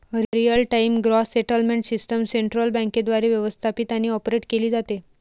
real time gross settlement system central बँकेद्वारे व्यवस्थापित आणि ऑपरेट केली जाते